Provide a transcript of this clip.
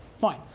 Fine